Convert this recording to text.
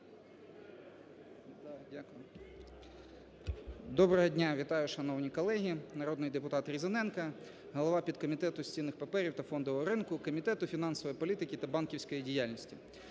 Доброго дня, вітаю, шановні колеги! Народний депутат Різаненко, голова підкомітету з цінних паперів та фондового ринку Комітету фінансової політики та банківської діяльності.